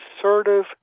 assertive